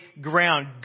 ground